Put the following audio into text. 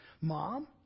Mom